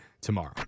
tomorrow